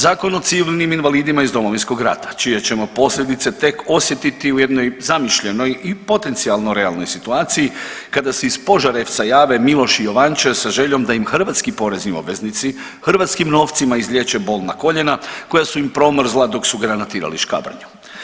Zakon o civilnim invalidima iz Domovinskog rata čije ćemo posljedice tek osjetiti u jednoj zamišljenoj i potencijalno realnoj situaciji kada se iz Požarevca jave Miloš i Jovanča da ih hrvatski porezni obveznici hrvatskim novcima izlijeće bolna koljena koja su im promrzla dok su granatirali Škabrnju.